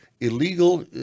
illegal